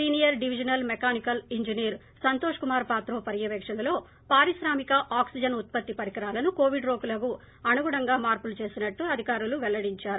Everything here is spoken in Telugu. senior divisional mechanical engineer diesel Santosh Kumar Patro పర్యవేక్షణలో పారిశ్రామిక ఆక్సిజన్ ఉత్పత్తి పరికరాలను కోవిడ్ రోగులకు అనుగుణంగా మార్పులు చేసినట్లు అధికారులు పెల్లడిందారు